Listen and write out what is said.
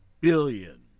billion